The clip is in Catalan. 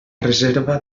reserva